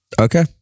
Okay